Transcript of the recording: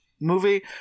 Movie